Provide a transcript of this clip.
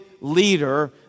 leader